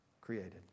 created